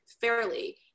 fairly